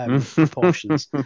proportions